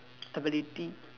ability